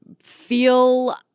feel